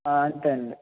ఆ అంతేండి